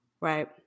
Right